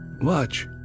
Watch